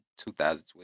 2012